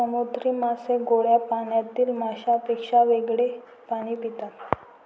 समुद्री मासे गोड्या पाण्यातील माशांपेक्षा वेगळे पाणी पितात